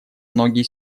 многие